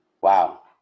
Wow